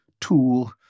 tool